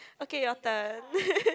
okay your turn